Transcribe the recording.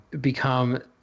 become